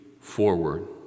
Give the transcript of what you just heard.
forward